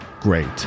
great